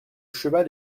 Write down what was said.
cheval